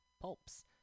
Pulps